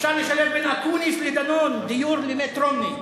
אפשר לשלב בין אקוניס לדנון: דיור למיט רומני,